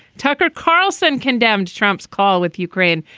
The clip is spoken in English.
tucker carlson condemned trump's call with ukraine.